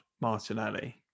Martinelli